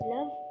Love